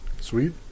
sweet